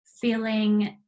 feeling